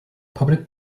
public